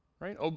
right